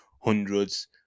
hundreds